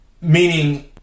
meaning